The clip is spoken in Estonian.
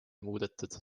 muudetud